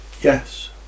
yes